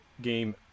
game